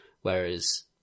Whereas